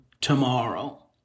tomorrow